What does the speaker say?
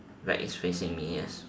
right it's facing me yes